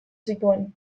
zituen